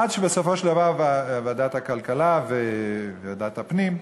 עד שבסופו של דבר ועדת הכלכלה וועדת הפנים,